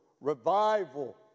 revival